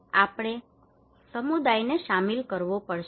આપણે સમુદાયને સામેલ કરવો પડશે